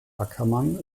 ackermann